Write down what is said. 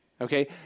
Okay